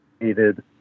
needed